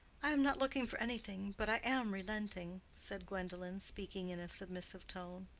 i am not looking for anything, but i am relenting, said gwendolen, speaking in a submissive tone.